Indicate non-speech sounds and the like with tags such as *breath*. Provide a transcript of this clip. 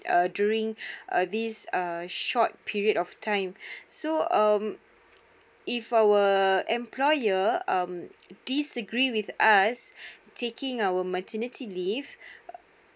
uh during *breath* uh this uh short period of time *breath* so um if our employer um disagree with us *breath* taking our maternity leave *breath*